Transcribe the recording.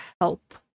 help